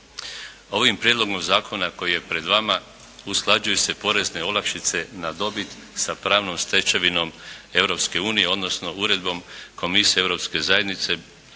Ovim prijedlogom zakona koji je pred vama usklađuju se porezne olakšice na dobit sa pravnom stečevinom Europske unije odnosno uredbom Komisije Europske zajednice